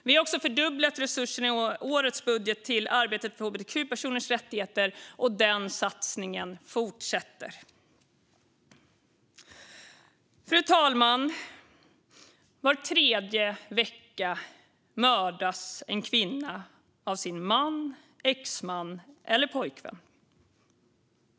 Vi har också fördubblat resurserna i årets budget till arbetet för hbtq-personers rättigheter, och den satsningen fortsätter. Fru talman! Var tredje vecka mördas en kvinna av sin man, exman eller pojkvän.